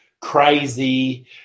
crazy